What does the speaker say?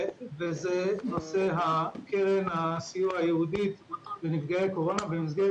נושא קרן הסיוע הייעודית לנפגעי קורונה במסגרת